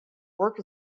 work